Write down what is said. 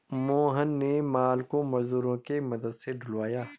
मोहन ने माल को मजदूरों के मदद से ढूलवाया